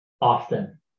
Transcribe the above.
often